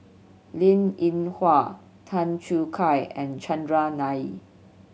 Linn In Hua Tan Choo Kai and Chandran Nair